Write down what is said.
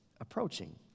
approaching